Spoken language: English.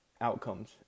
outcomes